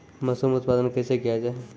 Mushroom उत्पादन कैसे किया जाय?